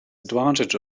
advantage